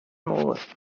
môr